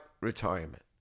retirement